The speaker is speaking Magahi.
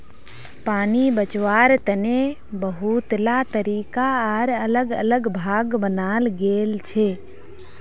पानी बचवार तने बहुतला तरीका आर अलग अलग भाग बनाल गेल छे